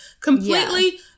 Completely